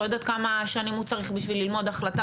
לא יודעת כמה שנים הוא צריך בשביל ללמוד החלטה